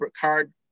card